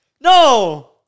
no